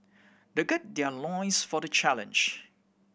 they gird their loins for the challenge